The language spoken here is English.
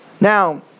Now